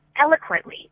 eloquently